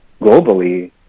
globally